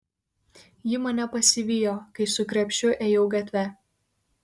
ji mane pasivijo kai su krepšiu ėjau gatve